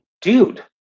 dude